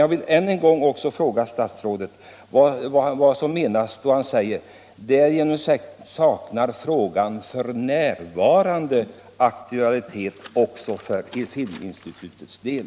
Jag vill ännu en gång fråga statsrådet vad han menar då han säger: ”Därigenom saknar frågan f. n. aktualitet också för Filminstitutets del.”